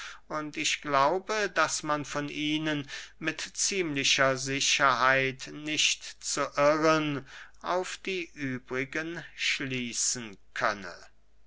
und ich glaube daß man von ihnen mit ziemlicher sicherheit nicht zu irren auf die übrigen schließen könne